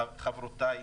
חברותיי